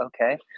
okay